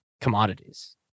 commodities